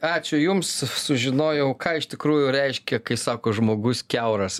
ačiū jums sužinojau ką iš tikrųjų reiškia kai sako žmogus kiauras